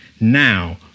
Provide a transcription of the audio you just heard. now